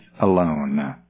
alone